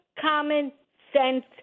common-sense